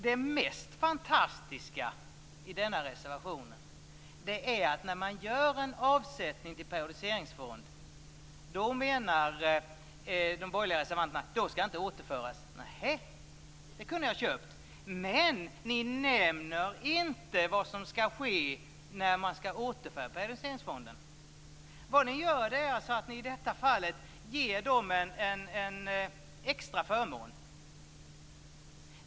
Det mest fantastiska i denna reservation är att de borgerliga reservanterna menar att en avsättning till periodiseringsfond inte skall återföras. Det kunde jag ha köpt. Men ni nämner inte vad som skall ske när man skall återföra periodiseringsfonden. Det ni gör är att i detta fall ge företagarna en extra förmån.